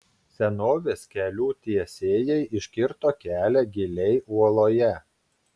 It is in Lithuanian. senovės kelių tiesėjai iškirto kelią giliai uoloje